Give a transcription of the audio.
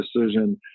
decision